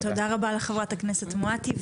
תודה רבה לחברת הכנסת מואטי.